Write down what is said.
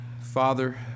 Father